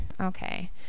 Okay